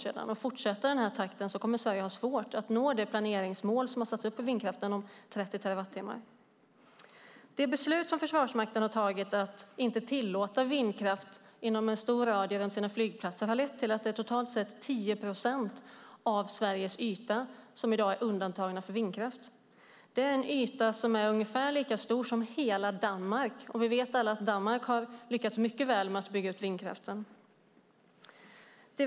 Om utbyggnadstakten fortsätter att avta på samma sätt kommer Sverige att ha svårt att nå det planeringsmål om 30 terawattimmar som satts upp för vindkraften. Det beslut som Försvarsmakten fattat om att inte tillåta vindkraft inom en stor radie runt sina flygplatser har lett till att totalt 10 procent av Sveriges yta i dag är undantagen från vindkraft. Det är en yta ungefär lika stor som hela Danmark, och vi vet alla att Danmark lyckats mycket väl med att bygga ut vindkraften.